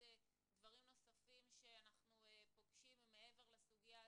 דברים נוספים שאנחנו פוגשים מעבר לסוגיה הזו,